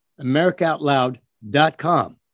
AmericaOutloud.com